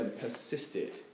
persisted